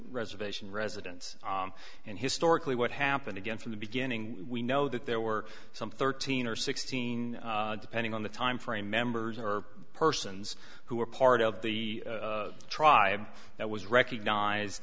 reservation residents and historically what happened again from the beginning we know that there were some thirteen or sixteen depending on the time frame members or persons who were part of the tribe that was recognized